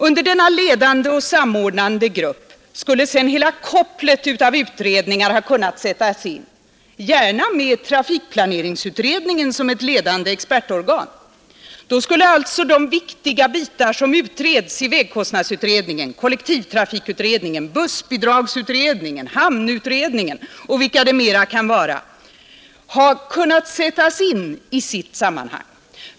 Under denna ledande och samordnande grupp skulle sedan hela kopplet av utredningar ha kunnat sättas in — gärna med trafikplaneringsutredningen som ett ledande expertorgan. Då skulle alltså de viktiga bitar som utreds i vägkostnadsutredningen, kollektivtrafikutredningen, bussbidragsutredningen, hamnutredningen och vilka det mera kan vara, ha kunnat sättas in i sitt sammanhang.